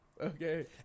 okay